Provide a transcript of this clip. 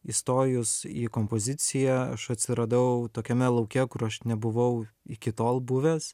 įstojus į kompoziciją aš atsiradau tokiame lauke kur aš nebuvau iki tol buvęs